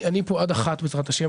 אני פה עד 13:00 בעזרת השם,